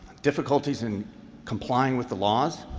difficulties in complying with the laws.